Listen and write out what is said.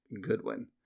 Goodwin